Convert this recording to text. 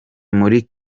muri